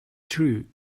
true